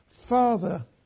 Father